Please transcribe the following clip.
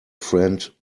friend